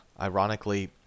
ironically